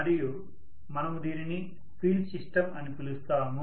మరియు మనము దీనిని ఫీల్డ్ సిస్టం అని పిలుస్తాము